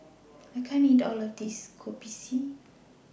I can't eat All of This Kopi C